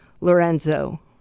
Lorenzo